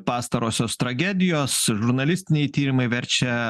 pastarosios tragedijos žurnalistiniai tyrimai verčia